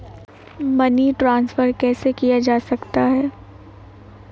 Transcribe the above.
Money transfer कैसे किया जा सकता है?